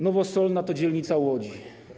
Nowosolna to dzielnica Łodzi.